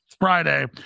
Friday